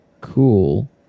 cool